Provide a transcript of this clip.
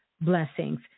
blessings